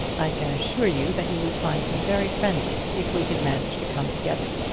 i can assure you that you would find me very friendly if we could manage to come together.